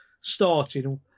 starting